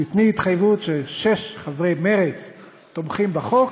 תיתני התחייבות ששישה חברי מרצ תומכים בחוק,